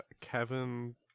Kevin